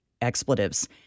expletives